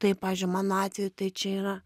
tai pavyzdžiui mano atveju tai čia yra